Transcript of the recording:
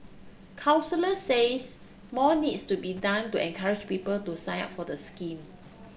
counsellors says more needs to be done to encourage people to sign up for the scheme